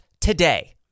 today